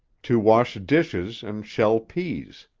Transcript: to wash dishes and shell peas.